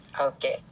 Okay